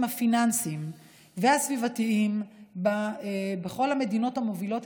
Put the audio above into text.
הפיננסיים והסביבתיים בכל המדינות המובילות,